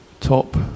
top